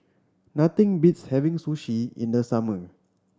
nothing beats having Sushi in the summer